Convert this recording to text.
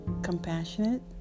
compassionate